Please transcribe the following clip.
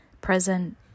present